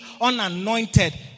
unanointed